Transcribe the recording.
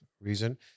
reason